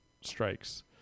strikes